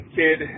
kid